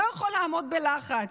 לא יכול לעמוד בלחץ.